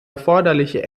erforderliche